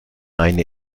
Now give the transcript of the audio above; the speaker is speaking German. eine